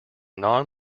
non